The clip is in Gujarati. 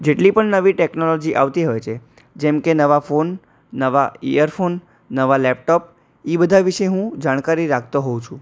જેટલી પણ નવી ટેકનોલોજી આવતી હોય છે જેમકે નવા ફોન નવા ઈયરફોન નવાં લેપટોપ એ બધા વિશે હું જાણકારી રાખતો હોઉં છું